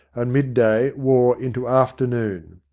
and mid-day wore into afternoon.